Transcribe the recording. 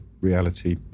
reality